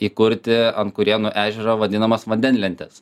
įkurti ant kurėnų ežero vadinamas vandenlentes